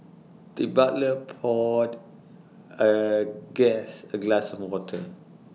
the butler poured A guest A glass of water